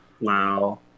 Wow